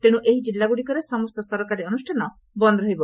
ତେଣୁ ଏହି ଜିଲ୍ଲାଗୁଡ଼ିକରେ ସମସ୍ତ ସରକାରୀ ଅନୁଷାନ ବନ୍ଦ ରହିବ